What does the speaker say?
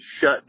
shut